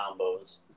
combos